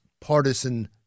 partisan